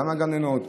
גם לגננות,